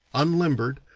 unlimbered,